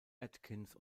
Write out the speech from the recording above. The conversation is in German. atkins